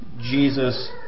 Jesus